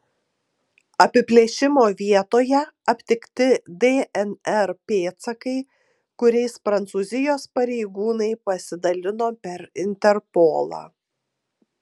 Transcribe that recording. apiplėšimo vietoje aptikti dnr pėdsakai kuriais prancūzijos pareigūnai pasidalino per interpolą